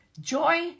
joy